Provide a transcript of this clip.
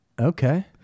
Okay